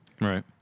Right